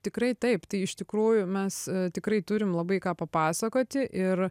tikrai taip tai iš tikrųjų mes tikrai turim labai ką papasakoti ir